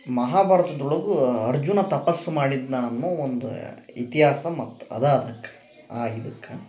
ಮಹಾಭಾರತದೊಳಗು ಅರ್ಜುನ ತಪಸ್ಸು ಮಾಡಿದ್ದನ ಅನ್ನೊ ಒಂದು ಇತಿಹಾಸ ಮತ್ತು ಅದಾ ಅದಕ್ಕ ಆ ಇದಕ್ಕ